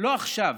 לא עכשיו.